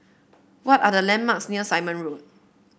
what are the landmarks near Simon Road